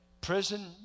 Prison